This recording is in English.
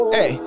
Hey